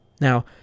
Now